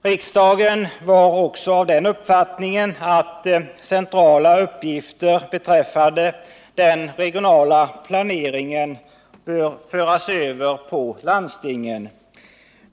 Riksdagen var också av den uppfattningen att centrala uppgifter beträffande den regionala planeringen bör föras över på landstingen.